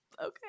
okay